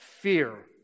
fear